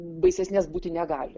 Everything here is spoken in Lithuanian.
baisesnės būti negali